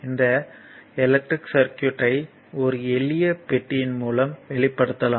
இந்த electric circuit ஐ ஒரு எளிய பெட்டியின் மூலம் வெளிப்படுத்தலாம்